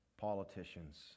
politicians